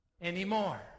anymore